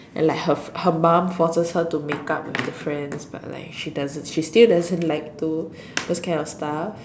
and like her her mum forces her to make up with her friends but like she doesn't she still doesn't like to those kind of stuff